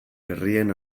herrien